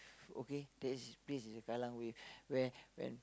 okay this place is the Kallang-Wave where when